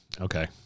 okay